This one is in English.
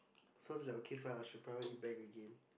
so it's like okay fine I should private it again